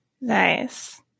nice